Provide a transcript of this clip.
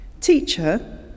Teacher